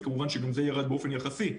אז כמובן שגם זה ירד באופן יחסי.